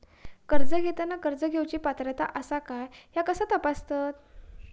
कर्ज घेताना कर्ज घेवची पात्रता आसा काय ह्या कसा तपासतात?